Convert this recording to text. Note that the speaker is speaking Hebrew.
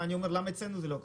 אני אומר, למה אצלנו זה לא ככה?